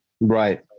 Right